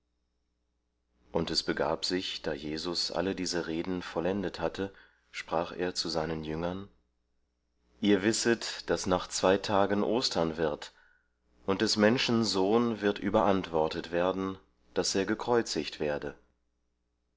und es begab sich da jesus alle diese reden vollendet hatte sprach er zu seinen jüngern ihr wisset daß nach zwei tagen ostern wird und des menschen sohn wird überantwortet werden daß er gekreuzigt werde